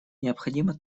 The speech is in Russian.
необходимо